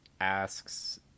asks